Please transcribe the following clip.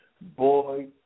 boy